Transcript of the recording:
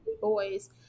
boys